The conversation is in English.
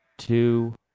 Two